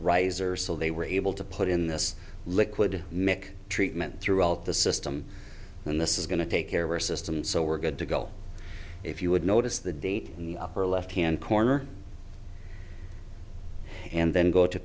riser so they were able to put in this liquid mic treatment throughout the system and this is going to take care of our system so we're good to go if you would notice the date in the upper left hand corner and then go to